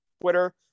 twitter